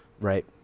right